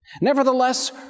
Nevertheless